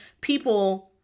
people